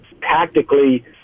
tactically